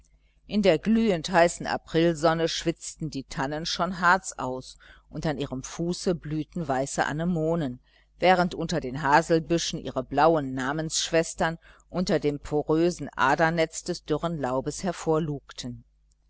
in der glühend heißen aprilsonne schwitzten die tannen schon harz aus und an ihrem fuße blühten weiße anemonen während unter den haselbüschen ihre blauen namensschwestern unter dem porösen adernetz des dürren laubes